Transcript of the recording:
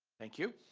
thank you.